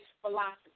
philosophy